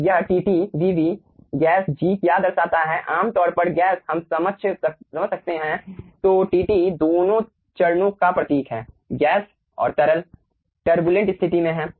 अब यह tt vv gas g क्या दर्शाता है आमतौर पर गैस हम समझ सकते हैं तो tt दोनों चरणों का प्रतीक है गैस और तरल टर्बूलेंट स्थिति में हैं